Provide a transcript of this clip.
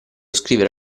scrivere